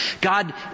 God